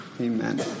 Amen